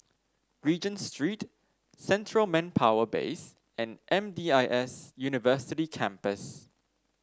Regent Street Central Manpower Base and M D I S University Campus